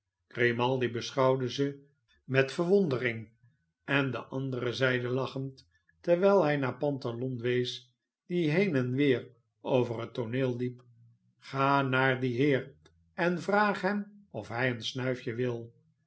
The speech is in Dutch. grimaldi beschouwde ze met verwondering en de ander zeide lachend terwijl hi naar pantalon wees die heen en weer over het tooneel liep ga naar dien heer en vraag hem of hij een snuifje wil